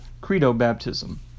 credo-baptism